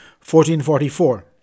1444